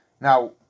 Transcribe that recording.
Now